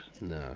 No